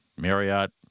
Marriott